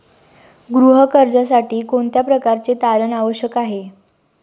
गृह कर्जासाठी कोणत्या प्रकारचे तारण आवश्यक आहे?